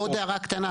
עוד הערה קטנה.